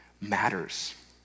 matters